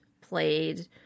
played